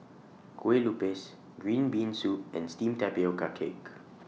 Kue Lupis Green Bean Soup and Steamed Tapioca Cake